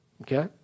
Okay